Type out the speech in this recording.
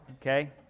Okay